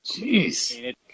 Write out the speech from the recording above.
Jeez